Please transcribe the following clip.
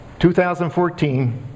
2014